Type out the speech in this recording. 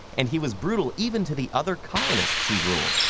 and he was brutal even to the other colonists he ruled,